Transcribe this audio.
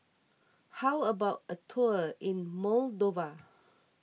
how about a tour in Moldova